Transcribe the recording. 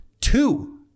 two